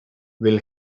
will